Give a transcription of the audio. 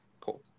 Cool